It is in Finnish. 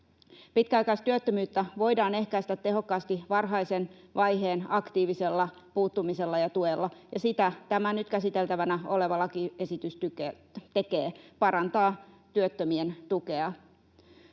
Pitkäaikaistyöttömyyttä voidaan ehkäistä tehokkaasti varhaisen vaiheen aktiivisella puuttumisella ja tuella, ja sitä tämä nyt käsiteltävänä oleva lakiesitys tekee: parantaa työttömien tukea.